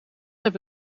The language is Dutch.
heb